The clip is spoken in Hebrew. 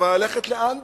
אבל ללכת לאן בדיוק,